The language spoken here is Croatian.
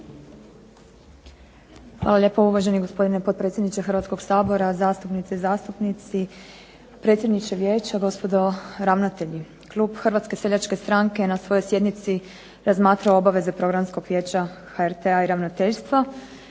Hvala lijepo. Uvaženi gospodine potpredsjedniče Hrvatskog sabora, zastupnice i zastupnici, predsjedniče Vijeća, gospodo ravnatelji. Klub HSS-a na svojoj sjednici razmatralo je obveze Programskog vijeća HRT-a i ravnateljstva